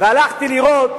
והלכתי לראות